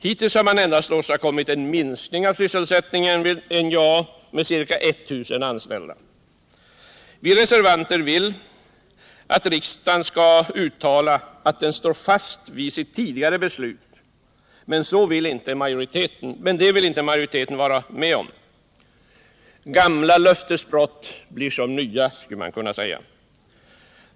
Hittills har man endast åstadkommit en minskning av sysselsättningen vid NJA med ca 1 000 anställda. Vi reservanter vill att riksdagen skall uttala att den står fast vid sitt tidigare beslut, men det vill inte majoriteten vara med om. Gamla löftesbrott blir som nya, skulle man kunna säga.